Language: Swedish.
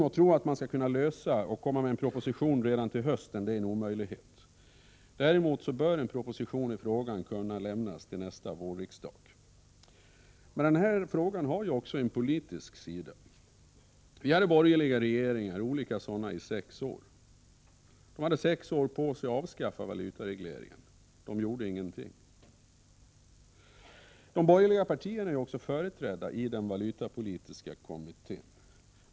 Att regeringen skulle kunna presentera en proposition redan till hösten är en omöjlighet. Däremot bör en proposition i frågan kunna lämnas till nästa vårriksdag. Den här frågan har också en politisk sida. Olika borgerliga regeringar hade sex år på sig att avskaffa valutaregleringen. De gjorde ingenting. De borgerliga partierna är också företrädda i den valutapolitiska kommittén.